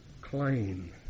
claim